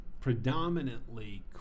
predominantly